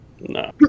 No